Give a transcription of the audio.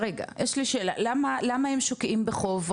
למה הם שוקעים בחוב?